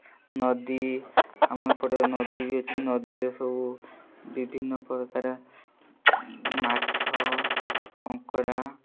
ନଦୀ ଆମ ଏପଟେ ନଦୀ ବି ଅଛି ନଦୀରେ ସବୁ ବିଭିନ୍ନ ପ୍ରକାର ମାଛ କଙ୍କଡ଼ା